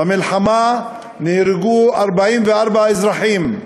במלחמה נהרגו 44 אזרחים,